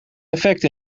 effecten